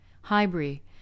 Highbury